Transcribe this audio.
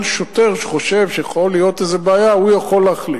כל שוטר שחושב שיכולה להיות איזו בעיה יכול להחליט.